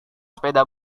sepeda